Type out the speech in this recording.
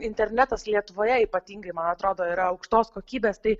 internetas lietuvoje ypatingai man atrodo yra aukštos kokybės tai